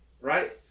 right